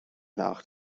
nach